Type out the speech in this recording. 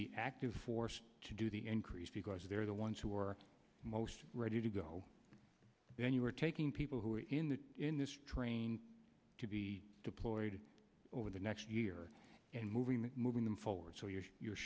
the active force to do the increase because they're the ones who are most ready to go then you are taking people who are in the in this train to be deployed over the next year and moving moving them forward so you're